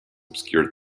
obscured